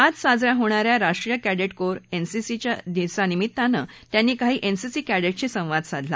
आज साजरा या होणा या राष्ट्रीय कैडिट कोर एनसीसी दिवसाच्या निमित्तानं त्यांनी काही एनसीसी कॅडेटस् शी संवाद साधला